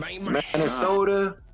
Minnesota